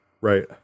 right